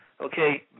Okay